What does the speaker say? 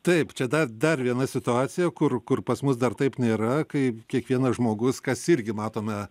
taip čia dar dar viena situacija kur kur pas mus dar taip nėra kai kiekvienas žmogus kas irgi matome